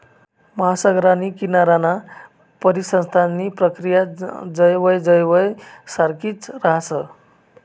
महासागर आणि किनाराना परिसंस्थांसनी प्रक्रिया जवयजवय सारखीच राहस